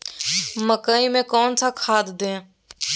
मकई में कौन सा खाद दे?